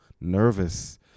nervous